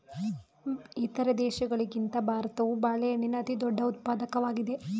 ಇತರ ದೇಶಗಳಿಗಿಂತ ಭಾರತವು ಬಾಳೆಹಣ್ಣಿನ ಅತಿದೊಡ್ಡ ಉತ್ಪಾದಕವಾಗಿದೆ